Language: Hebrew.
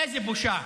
איזה בושה.